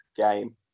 game